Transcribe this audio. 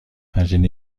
هزینه